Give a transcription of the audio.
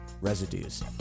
Residues